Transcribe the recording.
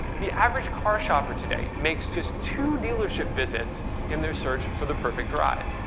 the average car shopper today makes just two dealership visits in their search for the perfect ride.